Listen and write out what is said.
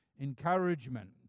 encouragement